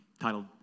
titled